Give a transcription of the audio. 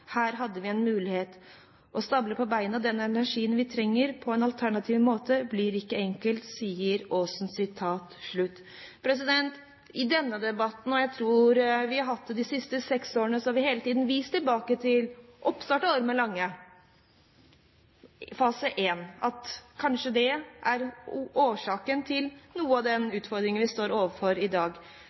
Her hadde vi en mulighet. Å stable på beina den energien vi trenger på en alternativ måte blir ikke enkelt, sier Aasen.» I denne debatten – og jeg tror vi har hatt den de siste seks årene – har vi hele tiden vist til at oppstart av Ormen Lange Fase 1 kanskje er årsaken til noe av den utfordringen vi står overfor i dag.